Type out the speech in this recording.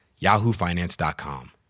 yahoofinance.com